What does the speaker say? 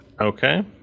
Okay